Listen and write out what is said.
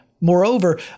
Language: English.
Moreover